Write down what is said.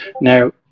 Now